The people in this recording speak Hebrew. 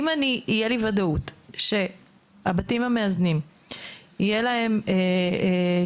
אם תהיה לי ודאות שלבתים המאזנים יהיה תקציב,